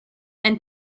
and